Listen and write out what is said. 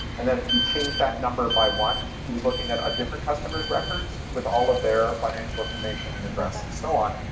and that if he changed that number by one, he was looking at a different customer's records with all of their financial information and address and so on,